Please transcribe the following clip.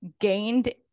gained